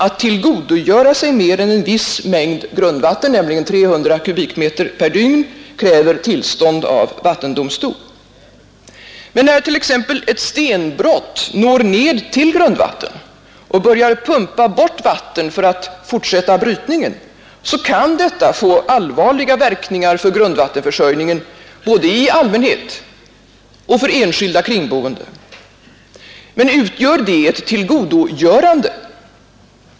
Att tillgodogöra sig mer än en viss mängd grundvatten — 300 m? per dygn — kräver tillstånd av vattendomstol. Men när t.ex. ett stenbrott når ned till grundvatten och man börjar pumpa bort vatten för att fortsätta brytningen, kan detta få allvarliga verkningar för grundvattenförsörjningen, både i allmänhet och för enskilda kringboende. Men utgör det ett tillgodogörande?